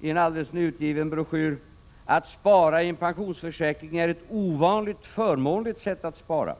i en alldeles nyutgiven broschyr: ”Att spara i en pensionsförsäkring är ett ovanligt förmånligt sätt att spara.